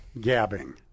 Gabbing